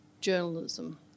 journalism